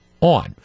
on